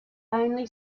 only